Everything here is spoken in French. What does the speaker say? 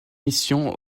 mission